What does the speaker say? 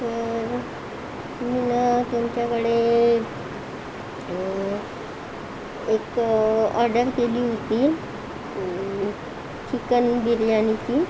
sir मी ना तुमच्याकडे एक एक ऑर्डर केली होती चिकन बिर्याणीची